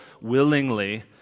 willingly